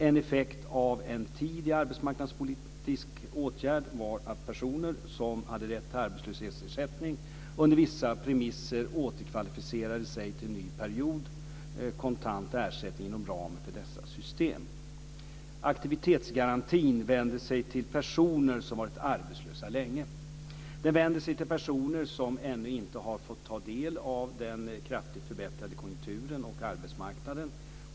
En effekt av en tid i arbetsmarknadspolitisk åtgärd var att personer som hade rätt till arbetslöshetsersättning under vissa premisser återkvalificerade sig till en ny period kontant ersättning inom ramen för dessa system. Aktivitetsgarantin vänder sig till personer som har varit arbetslösa länge. Den vänder sig till personer som ännu inte har fått ta del av den kraftigt förbättrade konjunkturen och arbetsmarknaden.